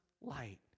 light